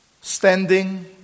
standing